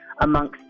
amongst